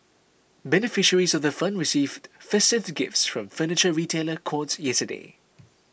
beneficiaries of the fund received festive gifts from Furniture Retailer Courts yesterday